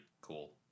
cool